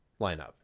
lineup